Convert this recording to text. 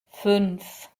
fünf